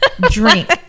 Drink